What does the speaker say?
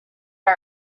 our